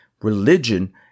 religion